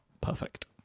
perfect